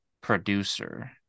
producer